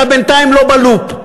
אתה בינתיים לא ב"לופ".